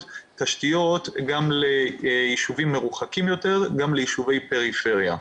תשתיות גם ליישובים מרוחקים יותר וגם ליישובי פריפריה.